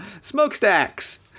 smokestacks